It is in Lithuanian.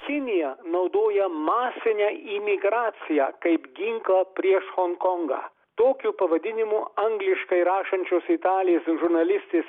kinija naudoja masinę imigraciją kaip ginklą prieš honkongą tokiu pavadinimu angliškai rašančios italės žurnalistės